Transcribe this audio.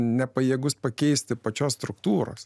nepajėgus pakeisti pačios struktūros